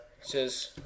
Says